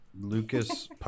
Lucas